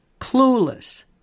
clueless